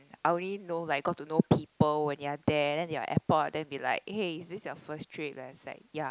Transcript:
I only know like got to know people when you are there then you are at airport then be like eh is this your first trip then it's like ya